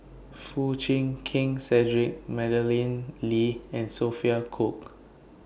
Foo Chee King Cedric Madeleine Lee and Sophia Cooke